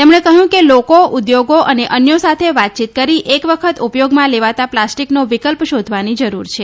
તેમણે કહયું કે લોકો ઉદ્યોગો અને અન્યો સાથે વાતચીત કરી એક વખત ઉપયોગમાં લેવાતા પ્લાસ્ટીકનો વિકલ્પ શોધવાની જરૂર છે